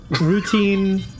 routine